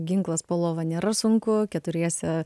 ginklas po lova nėra sunku keturiese